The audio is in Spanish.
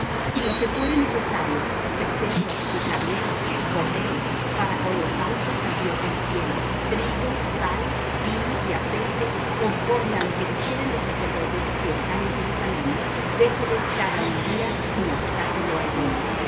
y lo que fuere necesario becerros y carneros y corderos para holucaustos al dios del cielo trigo sal vino y aceite conforme á lo que dijeren los sacerdotes que están en jerusalem déseles cada un día sin obstáculo alguno